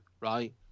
right